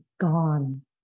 gone